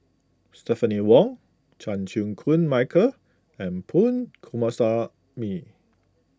Stephanie Wong Chan Chew Koon Michael and Punch Coomaraswamy